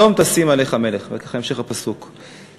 שום תשים עליך מלך" והפסוק ממשיך.